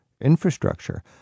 infrastructure